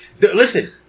Listen